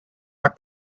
are